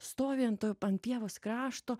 stovi an to ant pievos krašto